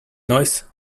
noise